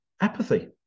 apathy